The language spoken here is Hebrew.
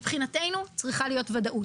מבחינתנו צריכה להיות ודאות.